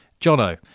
Jono